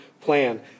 plan